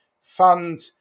fund